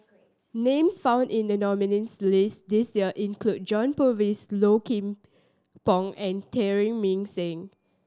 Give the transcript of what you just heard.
names found in the nominees' list this year include John Purvis Low Kim Pong and Mah Seng